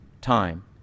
time